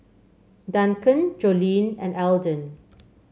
Duncan Jolene and Elden